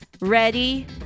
Ready